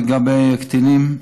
לגבי קטינים,